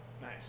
nice